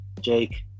Jake